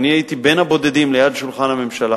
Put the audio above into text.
אני הייתי בין הבודדים ליד שולחן הממשלה,